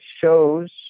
shows